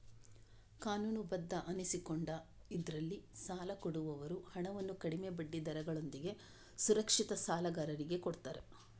ಕಾನೂನುಬದ್ಧ ಅನಿಸಿಕೊಂಡ ಇದ್ರಲ್ಲಿ ಸಾಲ ಕೊಡುವವರು ಹಣವನ್ನು ಕಡಿಮೆ ಬಡ್ಡಿ ದರಗಳೊಂದಿಗೆ ಸುರಕ್ಷಿತ ಸಾಲಗಾರರಿಗೆ ಕೊಡ್ತಾರೆ